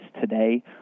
today